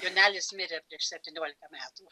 jonelis mirė prieš septyniolika metų